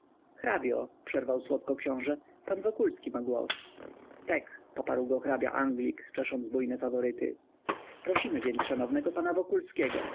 hrabio przerwał słodko książe pan wokulski ma głos tek poparł go hrabia anglik czesząc bujne faworyty prosimy więc szanownego pana wokulskiego